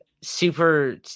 super